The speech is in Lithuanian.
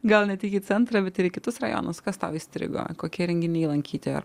gal ne tik į centrą bet ir kitus rajonus kas tau įstrigo kokie renginiai lankyti